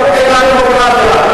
אתם רוצים להרוס לנו את הדמוקרטיה.